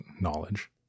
knowledge